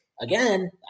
again